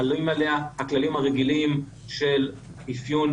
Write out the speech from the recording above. חלים עליה הכללים הרגילים של אפיון,